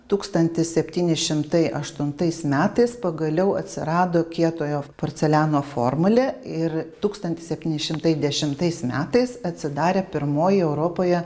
tūkstantis septyni šimtai aštuntais metais pagaliau atsirado kietojo porceliano formulė ir tūkstantis septyni šimtai dešimtaisiais metais atsidarė pirmoji europoje